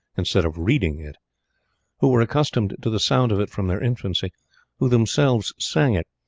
instead of reading it who were accustomed to the sound of it from their infancy who themselves sang it,